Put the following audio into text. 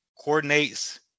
coordinates